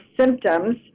symptoms